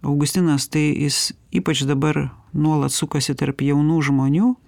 augustinas tai jis ypač dabar nuolat sukasi tarp jaunų žmonių